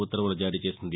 ఉత్తర్వులు జారీ చేసింది